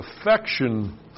affection